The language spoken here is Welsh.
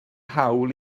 hawl